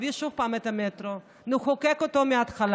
נביא שוב את המטרו ונחוקק אותו מההתחלה.